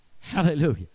Hallelujah